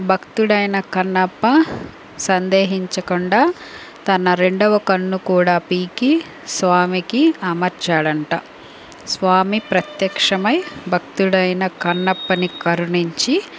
భక్తుడైన కన్నప్ప సందేహించకుండా తన రెండవ కన్ను కూడా పీకి స్వామికి అమర్చాడు అంటా స్వామి ప్రత్యక్షమై భక్తుడైన కన్నప్పని కరుణించి